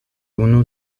unu